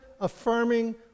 affirming